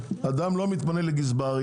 אדם לא מתמנה לגזבר,